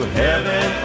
heaven